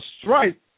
stripe